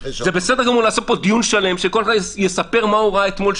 זה בסדר גמור לעשות פה דיון שלם שכל אחד יספר מה הוא ראה אתמול,